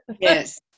yes